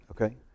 okay